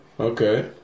Okay